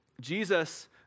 Jesus